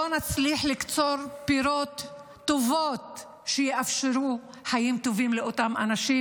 לא נצליח לקצור פירות טובים שיאפשרו חיים טובים לאותם אנשים,